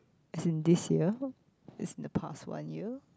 as in this year it's in the past one year